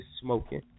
smoking